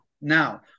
Now